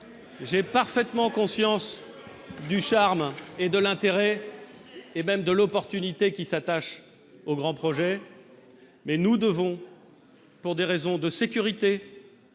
j'ai parfaitement conscience du charme et de l'intérêt, et même de l'opportunité qui s'attache aux grands projets mais nous devons, pour des raisons de sécurité,